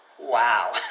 Wow